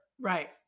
Right